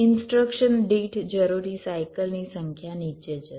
instruction દીઠ જરૂરી સાયકલની સંખ્યા નીચે જશે